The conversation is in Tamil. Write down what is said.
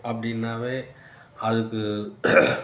அப்படினாவே அதுக்கு